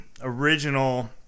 original